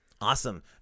awesome